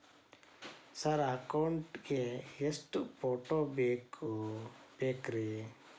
Sir account ಗೇ ಎಷ್ಟು photo ಬೇಕ್ರಿ?